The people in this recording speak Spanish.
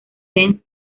benz